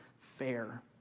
fair